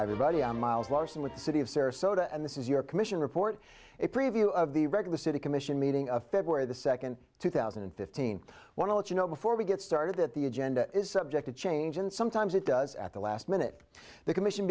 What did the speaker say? everybody on miles larsen with the city of sarasota and this is your commission report a preview of the regular city commission meeting of february the second two thousand and fifteen want to let you know before we get started that the agenda is subject to change and sometimes it does at the last minute the commission